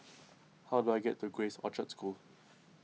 how do I get to Grace Orchard School